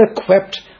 equipped